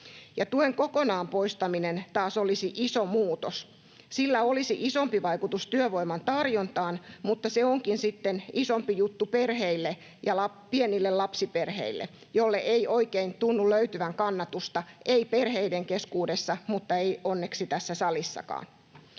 Tuen kokonaan poistaminen taas olisi iso muutos. Sillä olisi isompi vaikutus työvoiman tarjontaan, mutta se onkin sitten isompi juttu perheille ja pienille lapsiperheille. Sille ei oikein tunnu löytyvän kannatusta, ei perheiden keskuudessa mutta ei onneksi tässä salissakaan.